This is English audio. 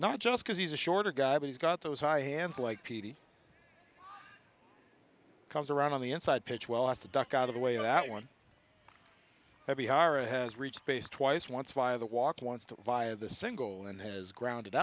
not just because he's a shorter guy but he's got those high hands like petey comes around on the inside pitch well as to duck out of the way of that one every ira has reached base twice once via the walk wants to via the single and has grounded